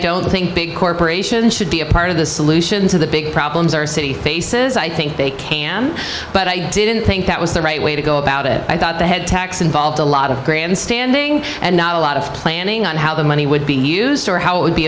don't think big corporation should be a part of the solution to the big problems our city faces i think they can but i didn't think that was the right way to go about it i thought they had tax involved a lot of grandstanding and not a lot of planning on how the money would be a news story how it would be